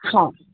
हा